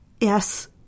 Yes